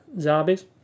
zombies